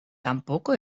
tampoco